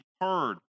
heard